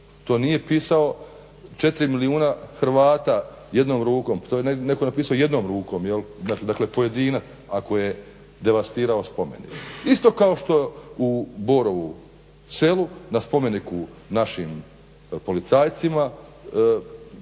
To nije pisalo 4 milijuna Hrvata jednom rukom, to je netko napisao jednom rukom, dakle pojedinac, ako je devastirao spomenik. Isto kao što u Borovu selu na spomeniku našim policajcima